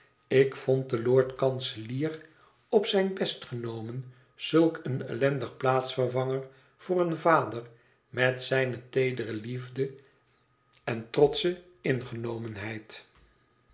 ik vond den lord-kanselier op zijn best genomen zulk een ellendig plaatsvervanger voor een vader met zijne teedere liefde en trotsche ingenomenheid